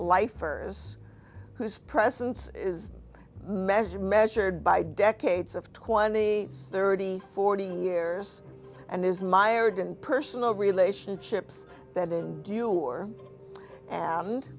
earners whose presence is measured measured by decades of twenty thirty forty years and is mired in personal relationships that in due war and